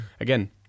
again